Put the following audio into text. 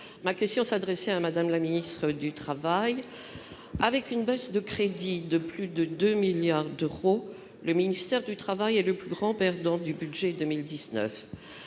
Ma question s'adressait à Mme la ministre du travail. Avec une baisse de crédits de plus de 2 milliards d'euros, le ministère du travail est le grand perdant du budget pour